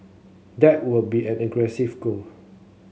that would be an goal